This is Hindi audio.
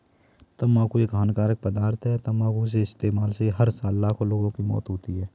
तंबाकू एक हानिकारक मादक पदार्थ है, तंबाकू के इस्तेमाल से हर साल लाखों लोगों की मौत होती है